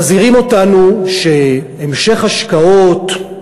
מזהירים אותנו שהמשך השקעות,